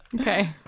okay